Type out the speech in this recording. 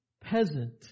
peasant